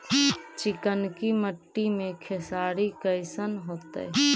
चिकनकी मट्टी मे खेसारी कैसन होतै?